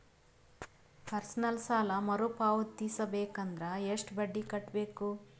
Personal ಸಾಲ ಮರು ಪಾವತಿಸಬೇಕಂದರ ಎಷ್ಟ ಬಡ್ಡಿ ಕಟ್ಟಬೇಕು?